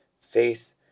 faith